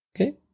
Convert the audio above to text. Okay